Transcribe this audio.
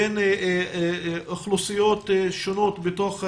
בין אוכלוסיות שונות בתוך החברה,